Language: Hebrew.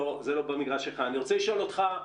אני רוצה לשאול אותך,